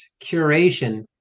curation